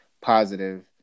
positive